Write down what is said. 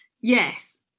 yes